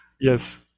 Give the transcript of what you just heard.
Yes